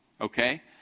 Okay